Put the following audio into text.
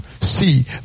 See